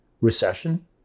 recession